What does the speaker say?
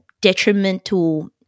detrimental